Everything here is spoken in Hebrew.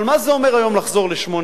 אבל מה זה אומר היום, לחזור לשמונה-שנתי?